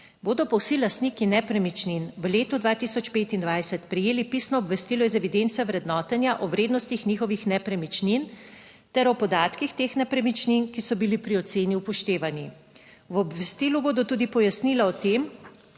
Bodo pa vsi lastniki nepremičnin v letu 2025 prejeli pisno obvestilo iz evidence vrednotenja o vrednostih njihovih nepremičnin ter o podatkih teh nepremičnin, ki so bili pri oceni upoštevani. V obvestilu bodo tudi pojasnila o tem,